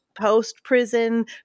post-prison